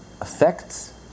affects